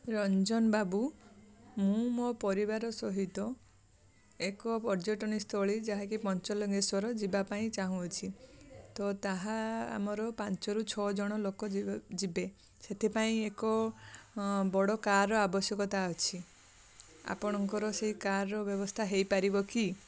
ରଞ୍ଜନ ବାବୁ ମୁଁ ମୋ ପରିବାର ସହିତ ଏକ ପର୍ଯ୍ୟଟନ ସ୍ଥଳୀ ଯାହାକି ପଞ୍ଚଲିଙ୍ଗେଶ୍ଵର ଯିବା ପାଇଁ ଚାହୁଁଅଛି ତ ତାହା ଆମର ପାଞ୍ଚରୁ ଛଅ ଜଣ ଲୋକ ଯିବେ ସେଥିପାଇଁ ଏକ ବଡ଼ କାର୍ର ଆବଶ୍ୟକତା ଅଛି ଆପଣଙ୍କର ସେଇ କାର୍ର ବ୍ୟବସ୍ଥା ହେଇପାରିବ କି